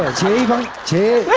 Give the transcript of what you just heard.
leave her to